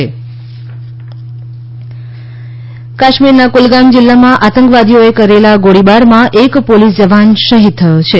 police શહીદ કાશ્મીરના કુલગામ જિલ્લામાં આતંકવાદીઓએ કરેલા ગોળીબારમાં એક પોલીસ જવાન શહીદ થયો છે